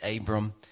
Abram